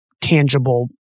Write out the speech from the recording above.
tangible